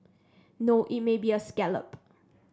no it may be a scallop